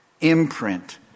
imprint